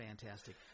fantastic